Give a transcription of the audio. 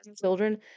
children